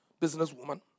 businesswoman